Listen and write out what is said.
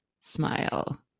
Smile